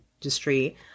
industry